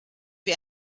wie